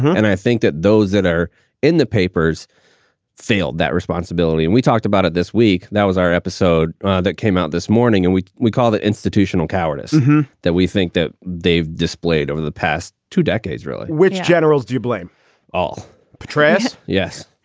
and i think that those that are in the papers feel that responsibility. and we talked about it this week. that was our episode that came out this morning. and we we call it institutional cowardice that we think that they've displayed over the past two decades. really? which generals do you blame all? petraeus yes,